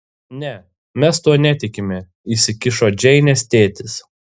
ne mes tuo netikime įsikišo džeinės tėtis